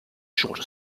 shorter